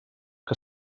que